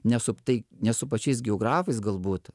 ne su tai ne su pačiais geografais galbūt